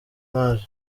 maj